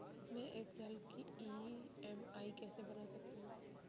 मैं एक साल की ई.एम.आई कैसे बना सकती हूँ?